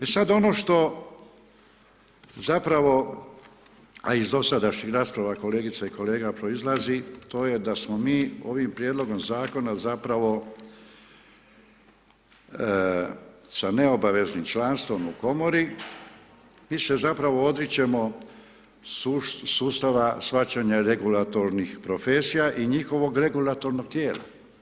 E sada ono što zapravo a iz dosadašnjih rasprava kolegica i kolega proizlazi to je da smo mi ovim Prijedlogom zakona zapravo sa neobaveznim članstvom u Komori mi se zapravo odričemo sustava shvaćanja regulatornih profesija i njihovog regulatornog tijela.